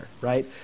right